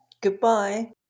Goodbye